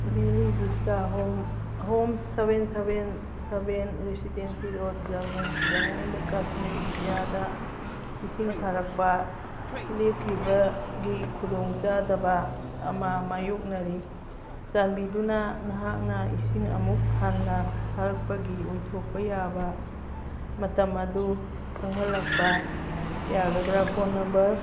valley Vista home home seven seven seven residency road Jammu Jammu and Kashmir ꯏꯟꯗꯤꯌꯥꯗ ꯏꯁꯤꯡ ꯊꯥꯔꯛꯄ ꯂꯦꯞꯈꯤꯕꯒꯤ ꯈꯨꯗꯣꯡ ꯆꯥꯗꯕ ꯑꯃ ꯌꯥꯏꯌꯣꯛꯅꯔꯤ ꯆꯥꯟꯕꯤꯗꯨꯅ ꯅꯍꯥꯛꯅ ꯏꯁꯤꯡ ꯑꯃꯨꯛ ꯍꯟꯅ ꯊꯥꯔꯛꯄꯒꯤ ꯑꯣꯏꯊꯣꯛꯄ ꯌꯥꯕ ꯃꯇꯝ ꯑꯗꯨ ꯈꯪꯍꯜꯂꯛꯄ ꯌꯥꯒꯗ꯭ꯔ ꯐꯣꯟ ꯅꯝꯕꯔ